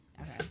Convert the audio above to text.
Okay